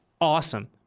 Awesome